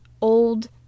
old